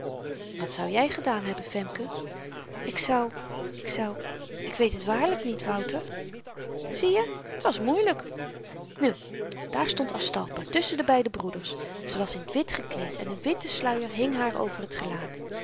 wat zou jy gedaan hebben femke ik zou ik zou ik weet het waarlyk niet wouter zieje t was moeilyk nu daar stond aztalpa tusschen de beide broeders ze was in t wit gekleed en een witte sluier hing haar over t gelaat